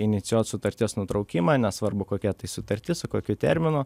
inicijuot sutarties nutraukimą nesvarbu kokia tai sutartis su kokiu terminu